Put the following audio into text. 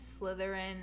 Slytherin